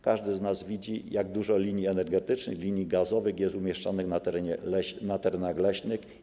Każdy z nas widzi, jak dużo linii energetycznych, linii gazowych jest umieszczonych na terenach leśnych.